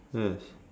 yes